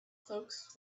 folks